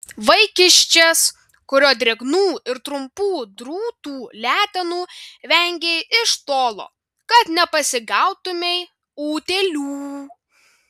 vaikiščias kurio drėgnų ir trumpų drūtų letenų vengei iš tolo kad nepasigautumei utėlių